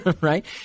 right